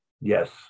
Yes